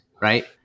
Right